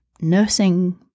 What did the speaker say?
nursing